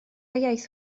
iaith